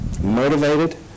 motivated